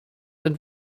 and